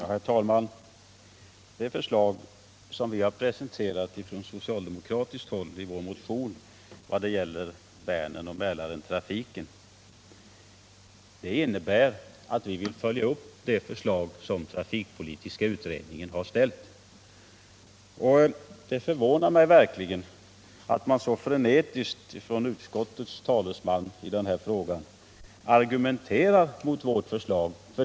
Herr talman! Det förslag som vi från socialdemokratiskt håll presenterat i vår motion när det gäller Väneroch Mälartrafiken innebär att vi följer upp trafikpolitiska utredningens förslag. Det förvånar mig verkligen att utskottets talesman i denna fråga så frenetiskt argumenterar mot vårt förslag.